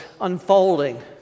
unfolding